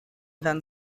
van